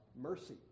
mercy